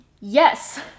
yes